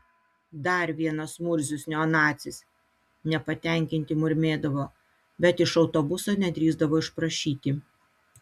dar vienas murzius neonacis nepatenkinti murmėdavo bet iš autobuso nedrįsdavo išprašyti